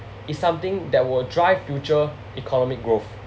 is something that will drive future economic growth